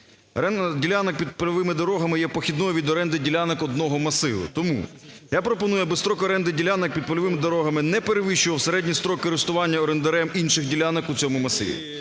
Оренда ділянок під польовими дорогами є похідною від оренди ділянок одного масиву. Тому я пропоную, аби строк оренди ділянок під польовими дорогами не перевищував середній строк користування орендарем інших ділянок у цьому масиві.